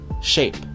shape